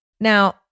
Now